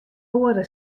oare